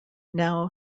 now